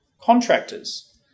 Contractors